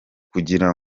kugira